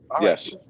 Yes